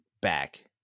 back